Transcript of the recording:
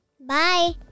Bye